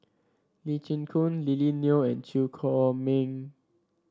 Lee Chin Koon Lily Neo and Chew Chor Meng